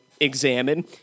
examine